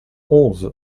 onze